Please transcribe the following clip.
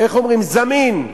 איך אומרים, זמין.